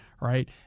Right